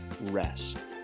rest